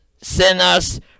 sinners